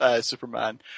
Superman